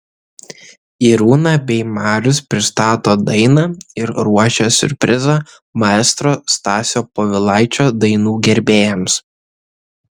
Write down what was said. irūna bei marius pristato dainą ir ruošia siurprizą maestro stasio povilaičio dainų gerbėjams